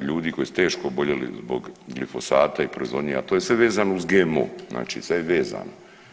ljudi koji su teško oboljeli zbog glifosata i proizvodnje, a to je sve vezano uz GMO, znači sve je vezano.